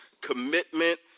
commitment